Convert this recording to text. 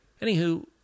Anywho